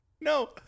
No